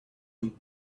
not